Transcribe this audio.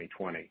2020